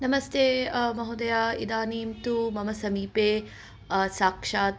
नमस्ते महोदय इदानीं तु मम समीपे साक्षात्